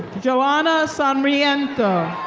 joanna sanriento.